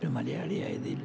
ഒരു മലയാളിയായതിൽ